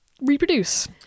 reproduce